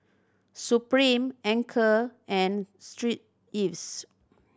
Supreme Anchor and Street Ives